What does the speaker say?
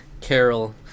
Carol